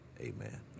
Amen